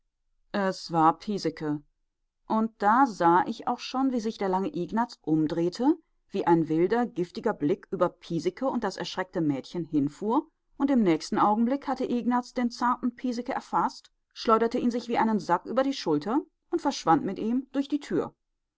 es war piesecke und da sah ich auch schon wie sich der lange ignaz umdrehte wie ein wilder giftiger blick über piesecke und das erschreckte mädchen hinfuhr und im nächsten augenblick hatte ignaz den zarten piesecke erfaßt schleuderte ihn sich wie einen sack über die schulter und verschwand mit ihm durch die tür